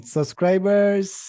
Subscribers